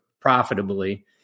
profitably